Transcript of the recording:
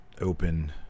open